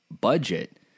budget